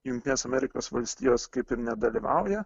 jungtinės amerikos valstijos kaip ir nedalyvauja